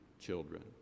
children